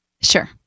Sure